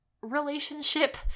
relationship